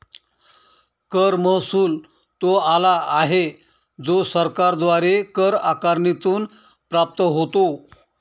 कर महसुल तो आला आहे जो सरकारद्वारे कर आकारणीतून प्राप्त होतो